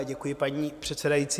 Děkuji, paní předsedající.